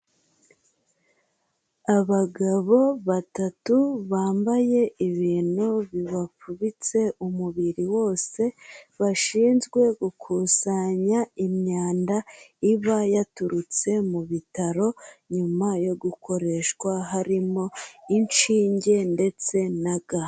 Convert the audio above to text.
Abagabo batatu bambaye ibintu bibapfubitse umubiri wose, bashinzwe gukusanya imyanda iba yaturutse mu bitaro nyuma yo gukoreshwa harimo inshinge ndetse na ga.